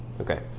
Okay